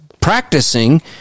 practicing